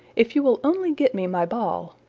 if you will only get me my ball.